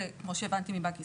זה כמו שהבנתי מבנק ישראל.